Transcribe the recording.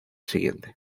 siguiente